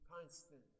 constant